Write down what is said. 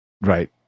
Right